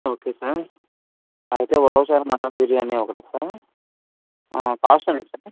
okay sir అయితే ఉలవచారు mutton biryani ఒకటి కాస్ట్ ఎంత సార్